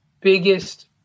biggest